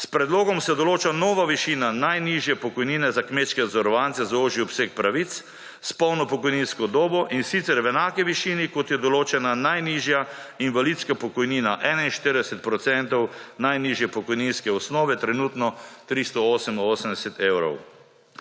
S predlogom se določa nova višina najnižje pokojnine za kmečke zavarovance za ožji obseg pravic s polno pokojninsko dobo, in sicer v enaki višini kot je določena najnižja invalidska pokojnina (41 % najnižje pokojninske osnove, trenutno 388 evrov),